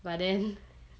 but then